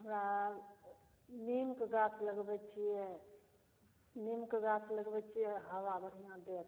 हमरा आब नीमके गाछ लगबैत छियै नीमके गाछ लगबैत छियै हबा बढ़िआँ देत